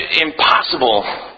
impossible